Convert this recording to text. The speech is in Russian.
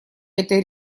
этой